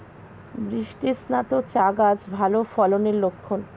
বৃষ্টিস্নাত চা গাছ ভালো ফলনের লক্ষন